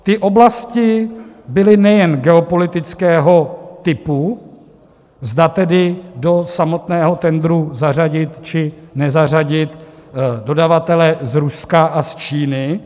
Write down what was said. Ty oblasti byly nejen geopolitického typu, zda tedy do samotného tendru zařadit, či nezařadit dodavatele z Ruska a z Číny;